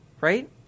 right